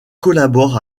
collabore